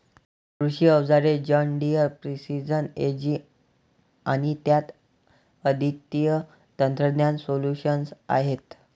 कृषी अवजारे John Deere precision ag आणि त्यात अद्वितीय तंत्रज्ञान सोल्यूशन्स आहेत